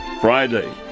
Friday